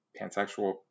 pansexual